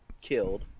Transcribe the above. killed